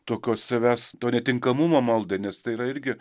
tokio savęs to netinkamumo maldai nes tai yra irgi